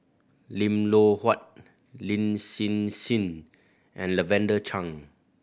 Lim Loh Huat Lin Hsin Hsin and Lavender Chang